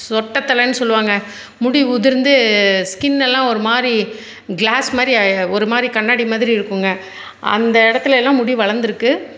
சொட்டைத்தலன்னு சொல்வாங்க முடி உதிர்ந்து ஸ்கின்னெல்லாம் ஒரு மாதிரி க்ளாஸ் மாதிரி ஒரு மாதிரி கண்ணாடி மாதிரி இருக்குதுங்க அந்த இடத்துலையெல்லாம் முடி வளந்துருக்குது